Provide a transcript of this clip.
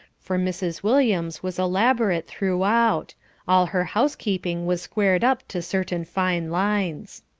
for mrs. williams was elaborate throughout all her housekeeping was squared up to certain fine lines.